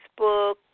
Facebook